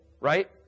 right